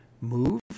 move